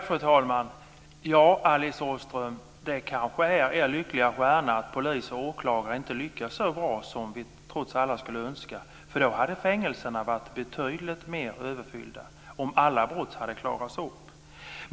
Fru talman! Det kanske är er smala lycka, Alice Åström, att polis och åklagare inte lyckas så bra som vi alla skulle önska. Om alla brott hade klarats upp hade fängelserna varit betydligt mer överfyllda.